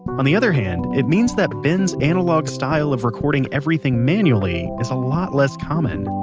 on the other hand, it means that ben's analogue style of recording everything manually is a lot less common